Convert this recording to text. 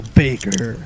baker